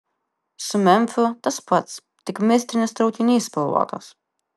su memfiu tas pats tik mistinis traukinys spalvotas